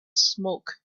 smoke